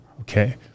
okay